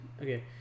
okay